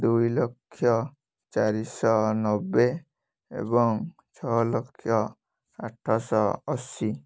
ଦୁଇଲକ୍ଷ ଚାରିଶହ ନବେ ଏବଂ ଛଅଲକ୍ଷ ଆଠଶହ ଅଶି